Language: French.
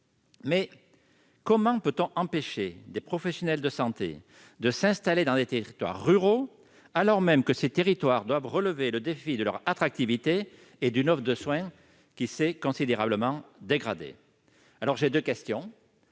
Comment peut-on empêcher des professionnels de santé de s'installer dans des territoires ruraux, alors même que ces territoires doivent relever le défi de leur attractivité et d'une offre de soins qui s'est considérablement dégradée ? Madame la ministre,